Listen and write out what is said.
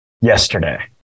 yesterday